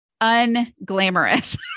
unglamorous